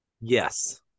yes